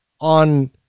on